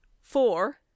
four